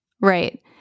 Right